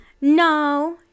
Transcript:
No